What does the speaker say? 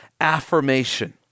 affirmation